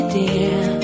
dear